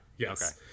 Yes